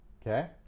okay